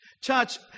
Church